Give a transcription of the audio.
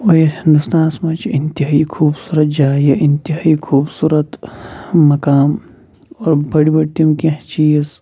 اور یَتھ ہِندوستانَس منٛز چھِ اِنتِہٲیی خوٗبصوٗرت جایہِ اِنتِہٲیی خوٗبصوٗرت مَقام اور بٔڑۍ بٔڑۍ تِم کینٛہہ چیٖز